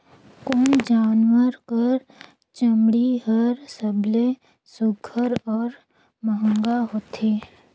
कोन जानवर कर चमड़ी हर सबले सुघ्घर और महंगा होथे?